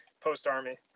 post-Army